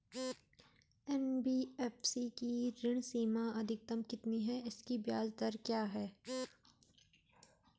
NBFC की ऋण सीमा अधिकतम कितनी है इसकी ब्याज दर क्या है?